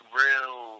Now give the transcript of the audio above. real